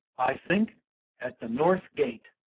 i thinke at the north gate,